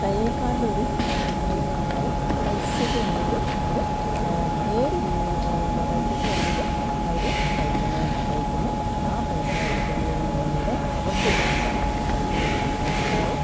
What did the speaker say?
തയ്യൽക്കാരുടെ ഒരു രീതിയെന്ന് പറഞ്ഞാല് പൈസയ്ക്ക് വേണ്ടിയിട്ട് അവര് ഏത് രീതീ പൈസക്ക് വേണ്ടിയിട്ട് അവര് തയ് തയിക്കുന്നു ആ പൈസ കിട്ടുന്നതിൽ നിന്നുകൂടെ അവർക്കൊരു ജീവിത തയ്ക്കുന്നതിൽ നിന്ന് ജീവിതമാർഗ്ഗമാവും